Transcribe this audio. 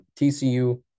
tcu